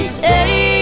say